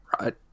Right